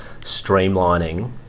streamlining